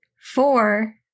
Four